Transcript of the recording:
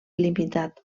limitat